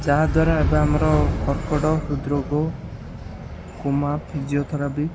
ଯାହାଦ୍ୱାରା ଏବେ ଆମର କର୍କଟ ହୃଦରୋଗ କୋମା ଫିଜିଓଥେରାପି